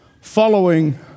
following